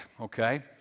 okay